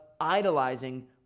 idolizing